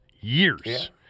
Years